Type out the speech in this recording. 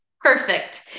perfect